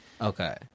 Okay